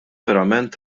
verament